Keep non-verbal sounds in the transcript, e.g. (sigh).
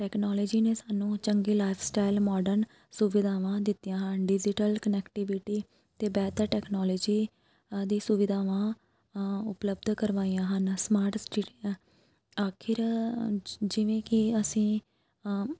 technology ਨੇ ਸਾਨੂੰ ਚੰਗੀ ਲਾਈਫ ਸਟਾਈਲ ਮੋਰਡਨ ਸੁਵਿਧਾਵਾਂ ਦਿੱਤੀਆਂ ਹਨ ਡਿਜ਼ੀਟਲ ਕਨੈਕਟੀਵਿਟੀ ਅਤੇ ਬਿਹਤਰ ਟੈਕਨੋਲਜੀ ਦੀ ਸੁਵਿਧਾਵਾਂ ਉਪਲਬਧ ਕਰਵਾਈਆਂ ਹਨ ਸਮਾਰਟ (unintelligible) ਆਖਰ ਜਿਵੇਂ ਕਿ ਅਸੀਂ